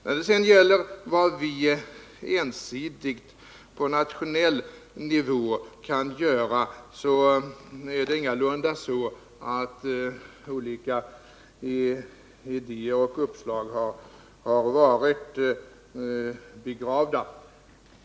När det sedan gäller vad vi kan göra ensidigt på nationell nivå vill jag framhålla att det ingalunda är så att olika idéer och uppslag har varit begravda.